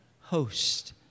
host